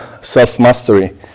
self-mastery